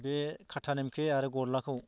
बे खाथा निमखि आरो गरलाखौ